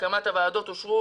להקמת הוועדות אושרו